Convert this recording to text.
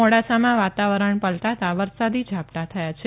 મોડાસામાં વાતાવરણ પલટાતા વરસાદી ઝાપટા થયા છે